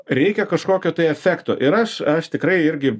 reikia kažkokio tai efekto ir aš aš tikrai irgi